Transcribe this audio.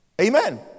Amen